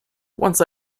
once